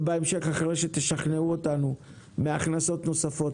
ובהמשך אחרי שתשכנעו אותנו מהכנסות נוספות,